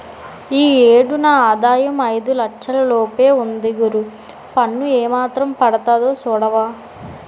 ఈ ఏడు నా ఆదాయం ఐదు లచ్చల లోపే ఉంది గురూ పన్ను ఏమాత్రం పడతాదో సూడవా